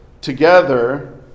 together